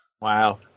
Wow